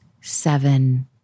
Seven